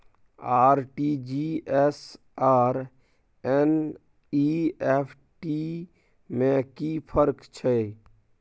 RTG S आर NEFT में कि फर्क छै?